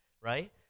right